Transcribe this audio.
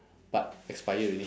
but expire already